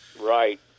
Right